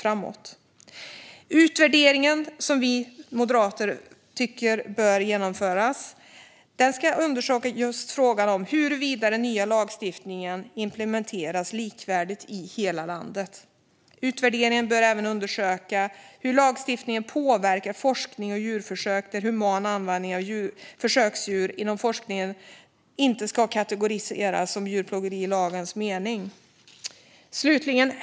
Vid den utvärdering som vi moderater tycker bör genomföras ska man undersöka just frågan om huruvida den nya lagstiftningen implementeras likvärdigt i hela landet. Vid utvärderingen bör man även undersöka hur lagstiftningen påverkar forskning och djurförsök, där human användning av försöksdjur inom forskningen inte ska kategoriseras som djurplågeri i lagens mening. Herr talman!